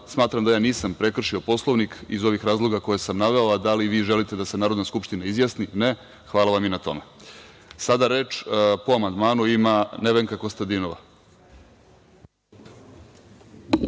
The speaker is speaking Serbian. pravo. Smatram da nisam prekršio Poslovnik iz ovih razloga koje sam naveo. Da li vi želite da se Narodna skupština izjasni?(Sandra Božić: Ne.)Hvala vam i na tome. Sada reč, po amandmanu, ima Nevenka Kostadinova.